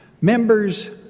Members